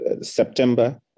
September